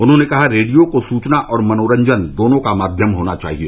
उन्होंने कहा कि रेडियो को सूचना और मनोरंजन दोनों का माव्यम होना चाहिए